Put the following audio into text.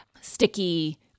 sticky